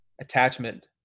attachment